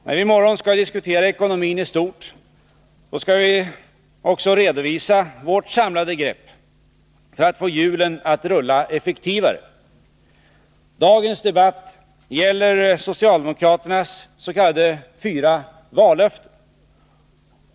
När vi i morgon skall diskutera ekonomin i stort skall vi också redovisa vårt samlade grepp för att få hjulen att rulla effektivare. Dagens debatt gäller socialdemokraternas s.k. fyra vallöften.